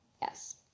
Yes